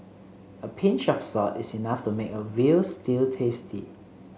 a pinch of salt is enough to make a veal stew tasty